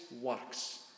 works